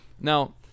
now